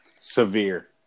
Severe